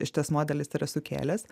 šitas modelis yra sukėlęs